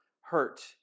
hurt